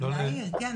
להעיר, כן.